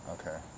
Okay